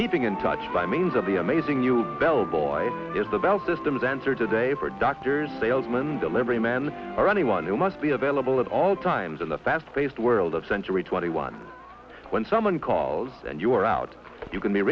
keeping in touch by means of the amazing you bell boy is the bow systems answer today for doctors salesman delivery man or anyone who must be available at all times in the fast paced world of century twenty one when someone calls and you're out you can be